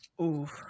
Oof